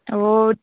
ஓ